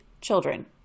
children